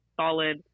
solid